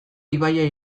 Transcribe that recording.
ibaia